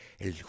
el